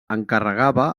encarregava